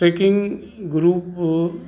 tracking group